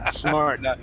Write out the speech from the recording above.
Smart